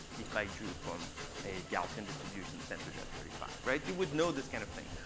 if i drew from a gaussian distribution centered at thirty five. right, you would know this kind of thing.